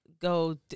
go